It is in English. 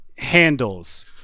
handles